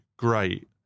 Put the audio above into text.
great